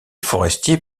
forestier